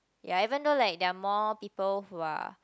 ya even though like there are more people who are